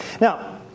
now